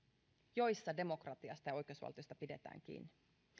joissa demokratiasta ja oikeusvaltiosta pidetään kiinni